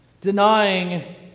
denying